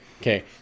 Okay